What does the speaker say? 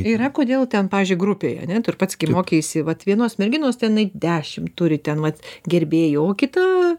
yra kodėl ten pavyzdžiui grupėj ane tu ir pats mokeisi vat vienos merginos tenai dešimt turi ten vat gerbėjų o kita